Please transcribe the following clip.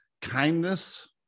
kindness